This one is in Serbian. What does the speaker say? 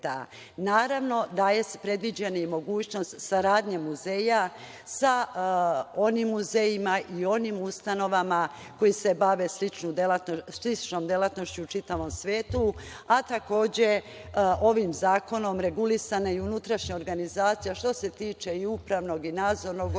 Naravno da je predviđena mogućnost saradnje muzeja sa onim muzejima i onim ustanovama koje se bave sličnom delatnošću u čitavom svetu. Takođe, regulisana je unutrašnja organizacija, što se tiče upravnog i nadzornog odbora i